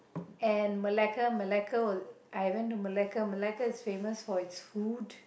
and Malacca Malacca was I went to Malacca Malacca was famous for it's food